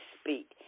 speak